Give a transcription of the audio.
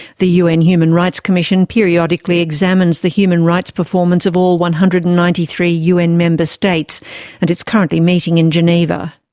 the un human rights commission periodically examines the human rights performance of all one hundred and ninety three un member states and is currently meeting in geneva.